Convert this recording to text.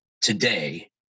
today